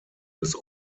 des